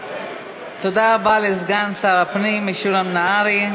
תודה רבה לסגן שר הפנים משולם נהרי.